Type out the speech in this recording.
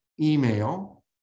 email